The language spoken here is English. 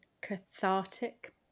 cathartic